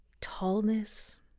tallness